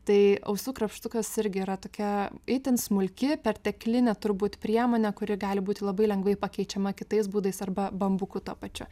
tai ausų krapštukas irgi yra tokia itin smulki perteklinė turbūt priemonė kuri gali būti labai lengvai pakeičiama kitais būdais arba bambuku tuo pačiu